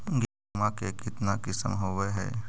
गेहूमा के कितना किसम होबै है?